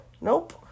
Nope